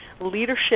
leadership